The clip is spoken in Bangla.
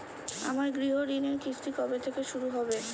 আমার গৃহঋণের কিস্তি কবে থেকে শুরু হবে?